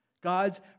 God's